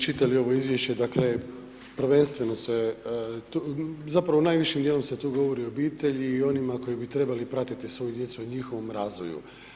Vidim da ste vi čitali ovo izvješće, dakle prvenstveno se, zapravo najvišim dijelom se tu govori o obitelji i onima koji bi trebali pratiti svoju djecu, o njihovom razvoju.